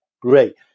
great